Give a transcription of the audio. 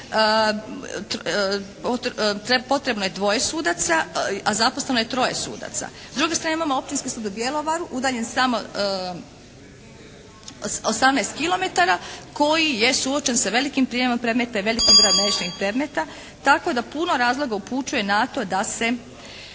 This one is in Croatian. potrebno je dvoje sudaca a zaposleno je troje sudaca. S druge strane imamo Općinski sud u Bjelovaru udaljen samo 18 kilometara koji je suočen sa velikim prijemom predmeta i velikim brojem neriješenih predmeta tako da puno razloga upućuje na to da se